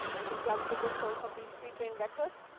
i think glove is a good source of these pre-trained vectors.